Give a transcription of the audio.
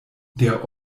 der